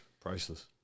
Priceless